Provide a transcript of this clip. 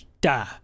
Da